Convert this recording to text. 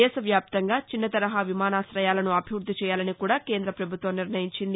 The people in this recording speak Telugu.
దేశవ్యాప్తంగా చిన్న తరహా విమానాశయాలను అభివృద్ధి చేయాలని కూడా కేంద పభుత్వం నిర్ణయించింది